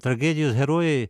tragedijos herojai